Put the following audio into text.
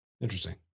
Interesting